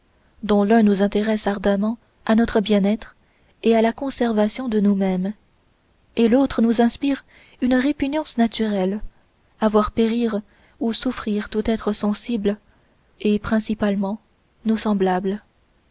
dont l'un nous intéresse ardemment à notre bien-être et à la conservation de nous-mêmes et l'autre nous inspire une répugnance naturelle à voir périr ou souffrir tout être sensible et principalement nos semblables